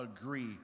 agree